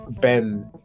Ben